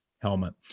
helmet